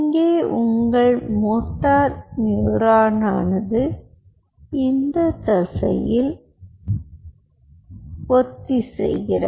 இங்கே உங்கள் மோட்டார் நியூரானானது இந்த தசையில் ஒத்திசைகிறது